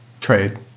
Trade